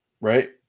Right